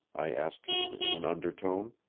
i asked him in an undertone.